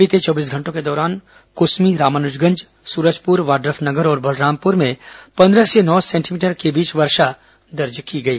बीते चौबीस घंटों के दौरान कुसमी रामानुजगंज सूरजपुर वाड्रफनगर और बलरामपुर में पंद्रह से नौ सेंटीमीटर के बीच वर्षा दर्ज की गई